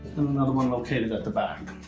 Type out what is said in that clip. another one located at the back.